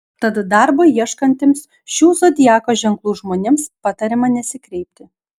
tad darbo ieškantiems šių zodiako ženklų žmonėms patariama nesikreipti